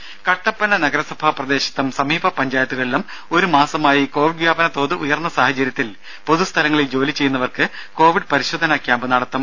രുര കട്ടപ്പന നഗരസഭാ പ്രദേശത്തും സമീപ പഞ്ചായത്തുകളിലും ഒരു മാസമായി കോവിഡ് വ്യാപന തോത് ഉയർന്ന സാഹചര്യത്തിൽ പൊതുസ്ഥലങ്ങളിൽ ജോലി ചെയ്യുന്നവർക്ക് കോവിഡ് പരിശോധനാ ക്യാമ്പ് നടത്തും